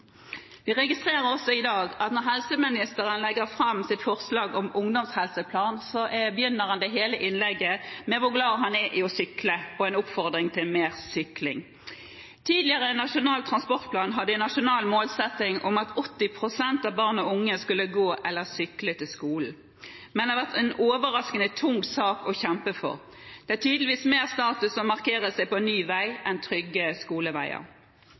Vi registrerer også i dag at når helseministeren legger fram sitt forslag om ungdomshelseplan, begynner han hele innlegget med hvor glad han er i å sykle, og en oppfordring til mer sykling. Tidligere nasjonal transportplan hadde en nasjonal målsetting om at 80 pst. av barn og unge skulle gå eller sykle til skolen, men det har vært en overraskende tung sak å kjempe for. Det er tydeligvis mer status å markere seg på en ny vei enn trygge skoleveier.